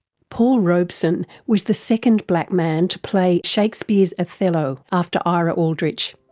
paul robeson was the second black man to play shakespeare's othello after ah ira aldrich.